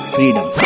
Freedom